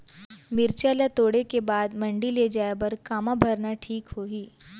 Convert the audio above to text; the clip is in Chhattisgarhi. मिरचा ला तोड़े के बाद मंडी ले जाए बर का मा भरना ठीक होही?